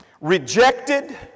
rejected